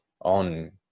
on